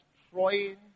destroying